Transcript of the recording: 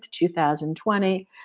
2020